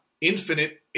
infinite